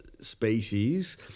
species